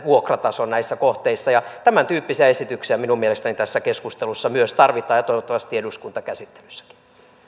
vuokratason näissä kohteissa tämän tyyppisiä esityksiä minun mielestäni tässä keskustelussa myös tarvitaan ja toivottavasti eduskuntakäsittelyssäkin sitten